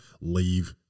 leave